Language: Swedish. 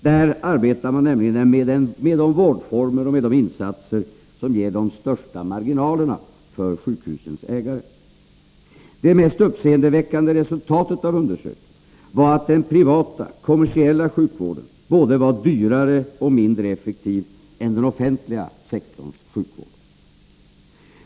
Där arbetar man nämligen med de vårdformer och de insatser som ger de största marginalerna för sjukhusens ägare. Det mest uppseendeväckande resultatet av undersökningen var att den privata, kommersiella sjukvården var både dyrare och mindre effektiv än den offentliga sektorns sjukvård.